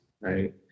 right